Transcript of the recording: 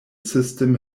system